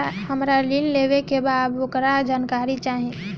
हमरा ऋण लेवे के बा वोकर जानकारी चाही